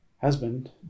husband